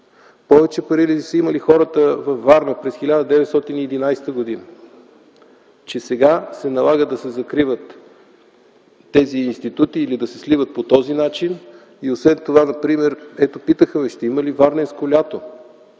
Повече пари ли са имали хората във Варна през 1911 г., че сега се налага да се закриват тези институти или да се сливат по този начин и освен това, например, ето питаха ме: ще има ли „Варненско лято”?